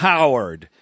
Howard